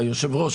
היושב ראש,